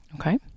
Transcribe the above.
Okay